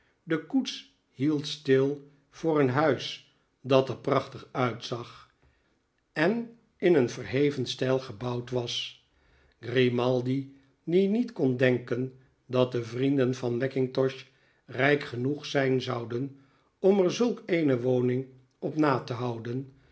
de koets hield stil voor een huis dat er prachtig uitzag en in een verheven stijl gebouwd was grimaldi die niet kon denken dat de vrienden van mackintosh rijk genoeg zijn zouden om er zulk eene woning op na te houden